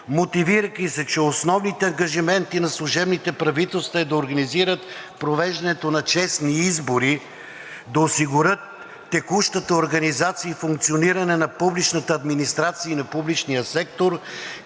мотивирайки се, че основните ангажименти на служебните правителства е да организират провеждането на честни избори, да осигурят текущата организация и функциониране на публичната администрация и на публичния сектор,